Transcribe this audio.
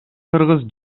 кыргыз